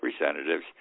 Representatives